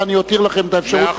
ואני אותיר לכם את האפשרות.